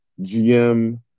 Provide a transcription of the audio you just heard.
GM